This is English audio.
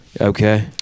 Okay